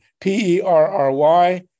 P-E-R-R-Y